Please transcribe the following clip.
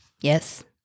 Yes